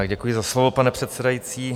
Děkuji za slovo, pane předsedající.